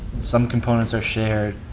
some components are shared.